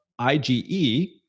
IgE